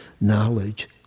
knowledge